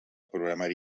programari